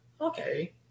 Okay